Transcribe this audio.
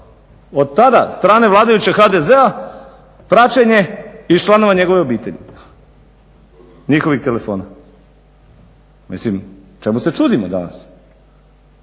od tada strane vladajućeg HDZ-a praćenje i članova njegove obitelji, njihovih telefona. Mislim čemu se čudimo danas?